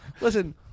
listen